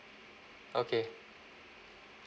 okay